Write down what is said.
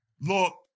look